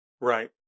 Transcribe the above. Right